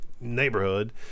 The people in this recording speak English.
neighborhood